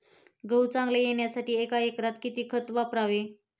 गहू चांगला येण्यासाठी एका एकरात किती खत वापरावे?